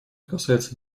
касается